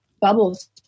bubbles